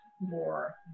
more